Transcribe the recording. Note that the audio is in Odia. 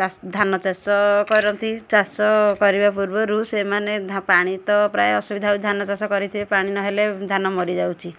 ଚା ଧାନ ଚାଷ କରନ୍ତି ଚାଷ କରିବା ପୂର୍ବରୁ ସେମାନେ ପାଣି ତ ପ୍ରାୟ ଅସୁବିଧା ହେଉଛି ଧାନ ଚାଷ କରିଥିବେ ପାଣି ନହେଲେ ଧାନ ମରିଯାଉଛି